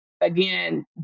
again